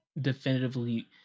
definitively